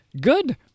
Good